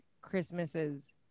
Christmases